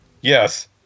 Yes